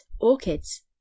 orchids